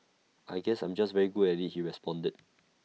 I guess I'm just very good at the he responded